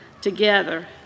together